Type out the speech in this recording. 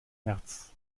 märz